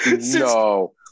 No